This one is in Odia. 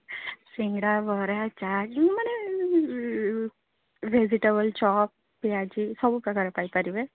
ସିଙ୍ଗଡ଼ା ବରା ଚାଟ୍ ମାନେ ଭେଜିଟେବୁଲ୍ ଚପ୍ ପିଆଜି ସବୁ ପ୍ରକାର ପାଇପାରିବେ